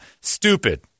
Stupid